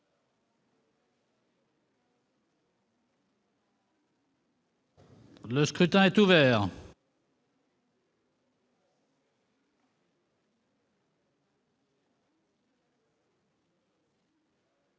Le scrutin est ouvert.